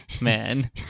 man